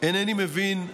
אינני מבין,